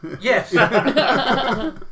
yes